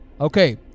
Okay